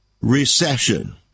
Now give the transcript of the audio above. recession